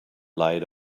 light